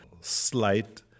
slight